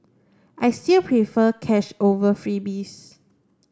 I still prefer cash over freebies